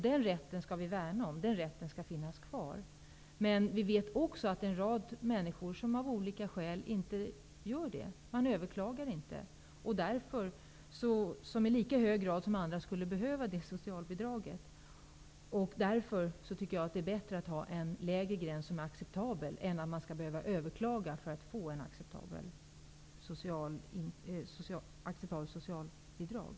Den rätten skall vi värna om, och den skall finnas kvar. Men vi vet också att en rad människor som av olika skäl inte överklagar skulle i lika hög grad som andra behöva socialbidrag. Därför tycker jag att det är bättre att ha en acceptabel lägre gräns på socialbidraget än att man skall behöva överklaga för att få ett acceptabelt socialbidrag.